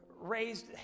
raised